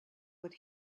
what